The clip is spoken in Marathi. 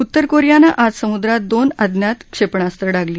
उत्तर कोरियानं आज समुद्रात दोन अज्ञात क्षेपणास्त्र डागली